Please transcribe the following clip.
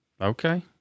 Okay